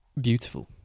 beautiful